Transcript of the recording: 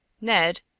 Ned